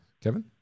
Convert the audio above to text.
Kevin